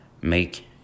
make